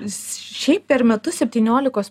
šiaip per metus septyniolikos